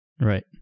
Right